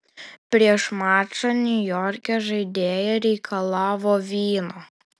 prieš mačą niujorke žaidėja reikalavo vyno